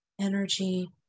energy